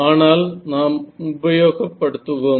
ஆனால் நாம் உபயோக படுத்துவோம்